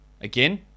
Again